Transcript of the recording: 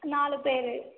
நான்கு பேர்